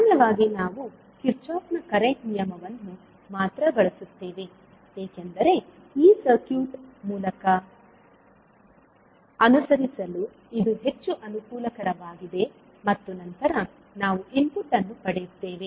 ಸಾಮಾನ್ಯವಾಗಿ ನಾವು ಕಿರ್ಚಾಫ್ನ Kirchoff's ಕರೆಂಟ್ ನಿಯಮವನ್ನು ಮಾತ್ರ ಬಳಸುತ್ತೇವೆ ಏಕೆಂದರೆ ಈ ಸರ್ಕ್ಯೂಟ್ ಮೂಲಕ ಅನುಸರಿಸಲು ಇದು ಹೆಚ್ಚು ಅನುಕೂಲಕರವಾಗಿದೆ ಮತ್ತು ನಂತರ ನಾವು ಇನ್ಪುಟ್ ಅನ್ನು ಪಡೆಯುತ್ತೇವೆ